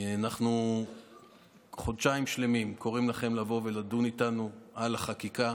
אנחנו חודשיים שלמים קוראים לכם לבוא ולדון איתנו על החקיקה.